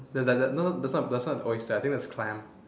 that that that that's not an oyster I think that's clam